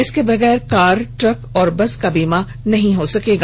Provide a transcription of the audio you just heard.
इसके बगैर car truck और बस का बीमा नहीं होगा